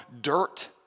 dirt